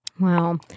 Wow